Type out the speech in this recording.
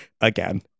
Again